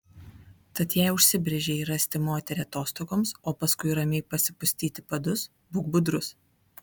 tad jei užsibrėžei rasti moterį atostogoms o paskui ramiai pasipustyti padus būk budrus